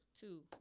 Two